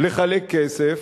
לחלק כסף?